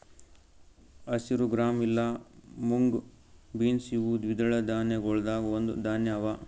ಹಸಿರು ಗ್ರಾಂ ಇಲಾ mung beans ಇವು ದ್ವಿದಳ ಧಾನ್ಯಗೊಳ್ದಾಂದ್ ಒಂದು ಧಾನ್ಯ ಅವಾ